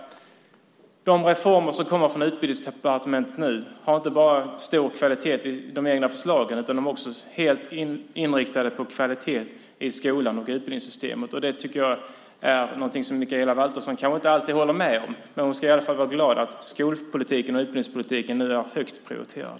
De reformer som nu kommer från Utbildningsdepartementet har inte bara hög kvalitet i de egna förslagen utan är också helt inriktade på kvalitet i skolan och utbildningssystemet. Mikaela Valtersson kanske inte alltid håller med, men hon ska vara glad att skolpolitiken och utbildningspolitiken nu är högt prioriterad.